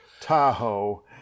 Tahoe